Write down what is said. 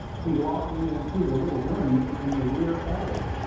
he locked me into the little room in the rear attic,